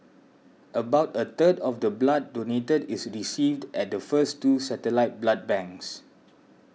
about a third of the blood donated is received at the first two satellite blood banks